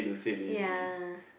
ya